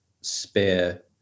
spare